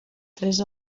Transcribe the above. tres